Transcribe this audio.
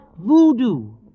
voodoo